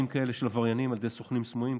כאלה של עבריינים על ידי סוכנים סמויים,